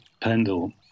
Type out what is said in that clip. Pendle